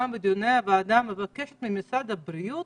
גם בדיוני הוועדה, שואלת את משרד הבריאות